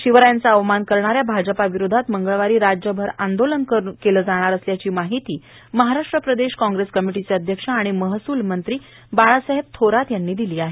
शिवरायांचा अवमान करणाऱ्या भाजपाविरोधात मंगळवारी राज्यभर आंदोलन करुन तीव्र निषेध केला जाणार आहे अशी माहिती महाराष्ट्र प्रदेश काँग्रेस कमिटीचे अध्यक्ष आणि महसूल मंत्री बाळासाहेब थोरात यांनी दिली आहे